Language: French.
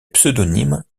pseudonyme